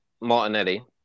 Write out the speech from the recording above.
Martinelli